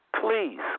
please